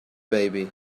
baby